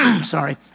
Sorry